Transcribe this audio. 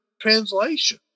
translation